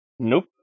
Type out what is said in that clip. Nope